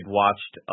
watched